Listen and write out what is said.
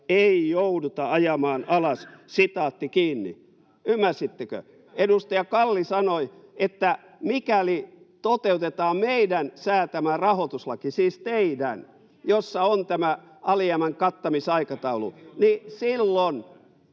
ei jouduta ajamaan alas?” Ymmärsittekö? [Vasemmalta: Kyllä!] Edustaja Kalli sanoi, että mikäli toteutetaan teidän säätämänne rahoituslaki, jossa on tämä alijäämän kattamisaikataulu, niin silloin